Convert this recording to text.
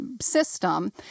system